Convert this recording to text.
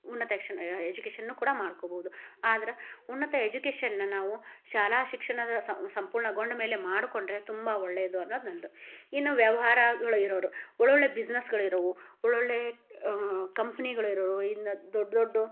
ಉನ್ನತ ಎಜುಕೇಶನ್ನು ಕೂಡ ಮಾಡ್ಕೊಬೋದು ಆದ್ರೆ ಉನ್ನತ ಎಜುಕೇಷನ್ನ ನಾವು ಶಾಲಾ ಶಿಕ್ಷಣದ ಸಂಪೂರ್ಣಗೊಂಡಮೇಲೆ ಮಾಡಿಕೊಂಡ್ರೆ ತುಂಬ ಒಳ್ಳೆದು ಅನ್ನೋದು ನನ್ನದು ಇನ್ನೂ ವ್ಯವಹಾರಗಳಿರೋವ್ರು ಒಳ್ಳೊಳ್ಳೆಯ ಬಿಸ್ನೆಸ್ಗಳಿರವು ಒಳ್ಳೊಳ್ಳೆಯ ಕಂಪ್ನಿಗಳಿರೋವ್ರು ಇನ್ನು ದೊಡ್ಡ ದೊಡ್ದ